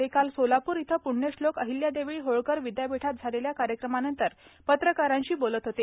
ते काल सोलापूर इथं पूण्यश्लोक अहिल्यादेवी होळकर विद्यापीठात झालेल्या कार्यक्रमानंतर पत्रकारांशी बोलत होते